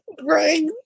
right